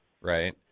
right